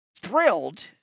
thrilled